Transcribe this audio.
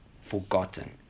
forgotten